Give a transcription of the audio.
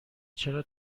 چرا